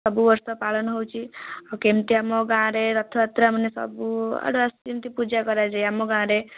ସବୁ ବର୍ଷ ପାଳନ ହେଉଛି ଆଉ କେମିତି ଆମ ଗାଁରେ ରଥଯାତ୍ରା ମାନେ ସବୁଆଡ଼ୁ ଆସୁଛନ୍ତି ପୂଜା କରାଯାଏ ଆମ ଗାଁରେ